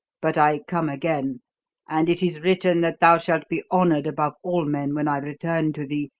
but i come again and it is written that thou shalt be honoured above all men when i return to thee,